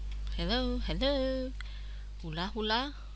hello hello hula hula